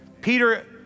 Peter